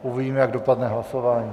Uvidíme, jak dopadne hlasování.